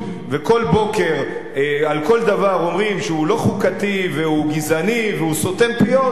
וכל בוקר על כל דבר אומרים שהוא לא חוקתי והוא גזעני והוא סותם פיות,